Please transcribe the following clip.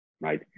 Right